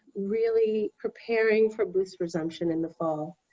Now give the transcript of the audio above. really preparing for booth's resumption in the fall.